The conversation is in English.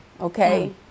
Okay